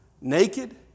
naked